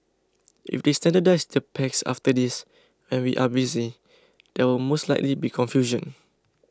if they standardise the packs after this when we are busy there will most likely be confusion